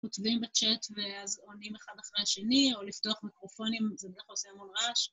‫כותבים בצ'אט ואז עונים אחד אחרי השני, ‫או לפתוח מיקרופונים, ‫זה בד"כ עושה המון רעש.